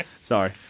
sorry